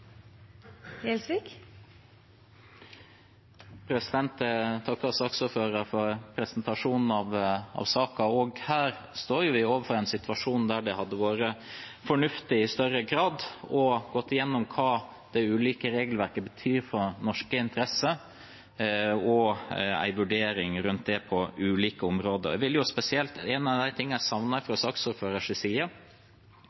Jeg takker saksordføreren for presentasjonen av saken. Også her står vi overfor en situasjon der det hadde vært fornuftig i større grad å gå gjennom hva de ulike regelverkene betyr for norske interesser, og å gjøre en vurdering rundt det på ulike områder. Jeg vil spesielt nevne at en av de tingene jeg savnet fra saksordførerens side, var innspill som er